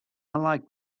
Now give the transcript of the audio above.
liked